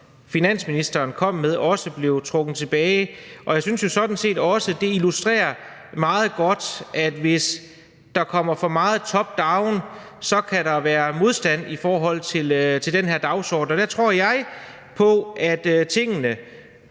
finansministeren kom med, er blevet trukket tilbage. Jeg synes jo sådan set også, det meget godt illustrerer, at hvis der kommer for meget top down, kan der være modstand i forhold til den her dagsorden. Og der tror jeg på, at tingene